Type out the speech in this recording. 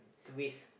it's a waste